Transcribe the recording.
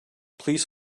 please